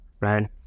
right